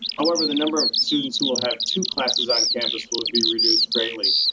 however, the number of students who will have two classes on campus will be reduced greatly.